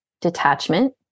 detachment